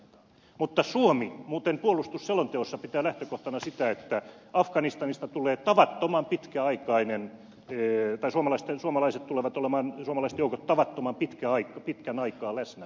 mutta suomi muuten puolustusselonteossa pitää lähtökohtana sitä että afganistanista tulee tavattoman pitkäaikainen tai suomalaiset joukot tulevat olemaan tavattoman pitkän aikaa läsnä afganistanissa